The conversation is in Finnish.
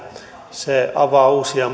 se avaa uusia